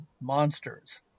monsters